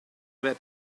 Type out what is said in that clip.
were